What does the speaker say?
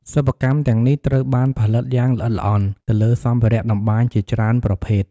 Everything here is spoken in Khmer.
សិប្បកម្មទាំងនេះត្រូវបានផលិតយ៉ាងល្អិតល្អន់ទៅលើសម្ភារៈតម្បាញជាច្រើនប្រភេទ។